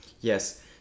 Yes